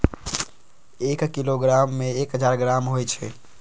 एक किलोग्राम में एक हजार ग्राम होई छई